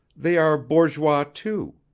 they are bourgeois, too.